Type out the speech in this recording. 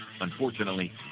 Unfortunately